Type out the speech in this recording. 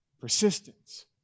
Persistence